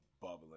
Bubbling